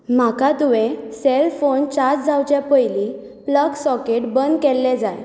म्हाका तुवें cell phone charge जावंचे पयलीं प्लग सॉकेट बंद केल्लें जाय